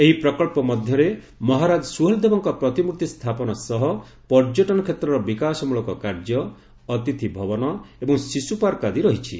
ଏହି ପ୍ରକ୍ସ ମଧ୍ୟରେ ମହାରାଜା ସୁହେଲ୍ଦେବଙ୍କ ପ୍ରତିମ୍ଭର୍ତ୍ତି ସ୍ଥାପନ ସହ ପର୍ଯ୍ୟଟନ କ୍ଷେତ୍ରର ବିକାଶମଳକ କାର୍ଯ୍ୟ ଅତିଥିଭବନ ଏବଂ ଶିଶୁ ପାର୍କ ଆଦି ରହିଛି